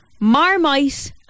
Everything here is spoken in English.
marmite